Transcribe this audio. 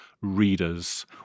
Readers